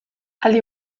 aldi